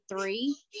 three